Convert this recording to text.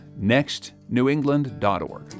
nextnewengland.org